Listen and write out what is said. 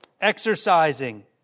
Exercising